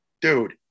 dude